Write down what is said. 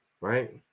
right